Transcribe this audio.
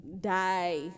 die